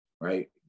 right